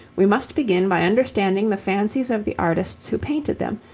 we must begin by understanding the fancies of the artists who painted them,